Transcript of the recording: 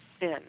sin